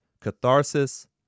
Catharsis